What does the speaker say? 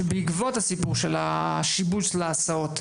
שבעקבות הסיפור של השיבוש להסעות,